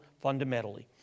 fundamentally